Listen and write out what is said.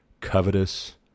covetous